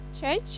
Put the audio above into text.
church